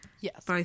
Yes